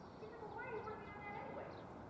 he's like well why are you working on that anyways?